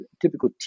typical